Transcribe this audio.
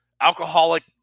alcoholic